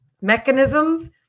mechanisms